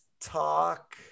talk